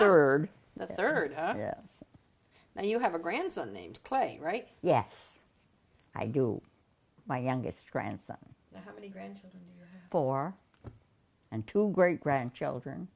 third the third yes but you have a grandson named clay right yes i do my youngest grandson many grandchildren four and two great grandchildren